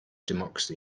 democracy